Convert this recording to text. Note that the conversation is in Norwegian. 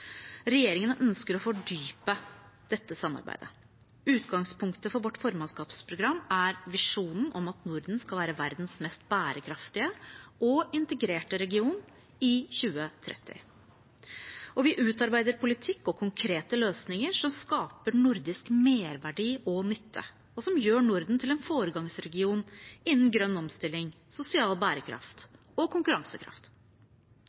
ønsker å fordype dette samarbeidet. Utgangspunktet for vårt formannskapsprogram er visjonen om at Norden skal være verdens mest bærekraftige og integrerte region i 2030. Vi utarbeider politikk og konkrete løsninger som skaper nordisk merverdi og nytte, og som gjør Norden til en foregangsregion innen grønn omstilling, sosial